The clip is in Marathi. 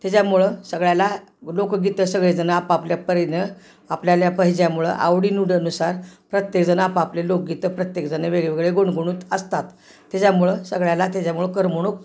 त्याच्यामुळे सगळ्याला लोकगीतं सगळेजण आपापल्या परीने आपल्याल्या पा याच्यामुळे आवडी निवडी नुसार प्रत्येकजण आपापले लोकगीतं प्रत्येकजण वेगवेगळे गुणगुणत असतात त्याच्यामुळं सगळ्याला त्याच्यामुळं करमणूक